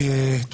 בבקשה.